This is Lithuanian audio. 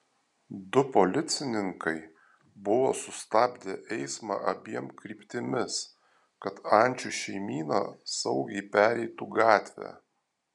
du policininkai buvo sustabdę eismą abiem kryptimis kad ančių šeimyna saugiai pereitų gatvę